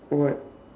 what